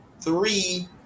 three